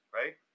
right